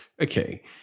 okay